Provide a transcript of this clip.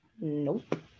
nope